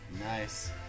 Nice